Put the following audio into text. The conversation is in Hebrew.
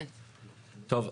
בקשה.